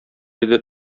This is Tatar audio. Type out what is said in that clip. иде